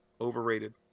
Overrated